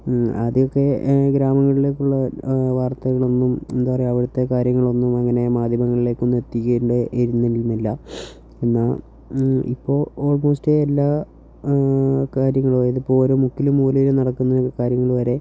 ആദ്യമൊക്കെ ഗ്രാമങ്ങളിലേക്കുള്ള വാർത്തകളൊന്നും എന്താ പറയുക അവിടുത്തെ കാര്യങ്ങളൊന്നും അങ്ങനെ മാധ്യമങ്ങളിലേക്കൊന്നും എത്തിക്കേണ്ടി ഇരുന്നില്ല എന്നാൽ ഇപ്പോൾ ഓൾമോസ്റ്റ് എല്ലാ കാര്യങ്ങളും അതായത് ഇപ്പോൾ ഓരോ മുക്കിലും മൂലയിലും നടക്കുന്ന കാര്യങ്ങൾ വരെ